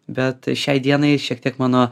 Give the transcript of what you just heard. bet šiai dienai šiek tiek mano